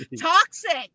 Toxic